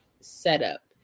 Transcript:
setup